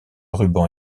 ruban